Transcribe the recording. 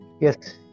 Yes